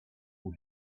who